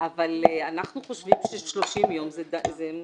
אבל אנחנו חושבים ש-30 יום זה מספיק.